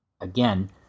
Again